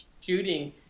shooting